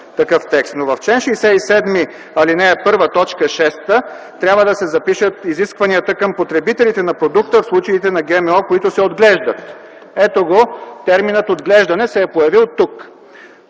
Но в чл. 67, ал. 1, т. 6 трябва да се запишат изискванията към потребителите на продукта в случаите на ГМО, които се отглеждат. Ето – терминът „отглеждане” се е появил тук.